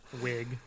wig